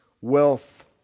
wealth